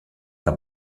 que